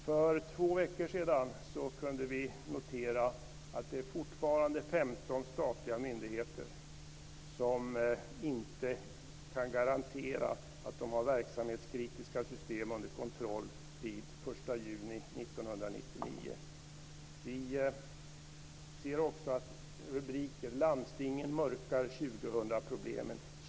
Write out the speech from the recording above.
För två veckor sedan kunde vi notera att det fortfarande är 15 statliga myndigheter som inte kan garantera att de kommer att ha verksamhetskritiska system under kontroll den 1 juni 1999. Vi ser också rubriker som att landstingen mörkar 2000-problemen.